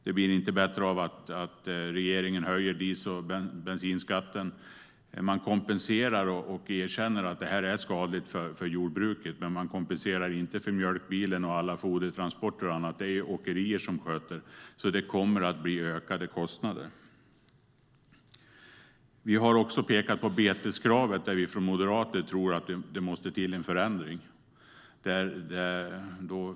Det blir inte bättre av att regeringen höjer diesel och bensinskatten. Man kompenserar och erkänner att detta är skadligt för jordbruket, men man kompenserar inte för mjölkbilen, alla fodertransporter och annat. Det är åkerier som sköter det, så det kommer att bli ökade kostnader. Vi har pekat på beteskravet, där vi moderater tror att det måste till en förändring.